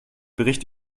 bericht